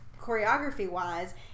choreography-wise